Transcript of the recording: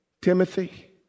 Timothy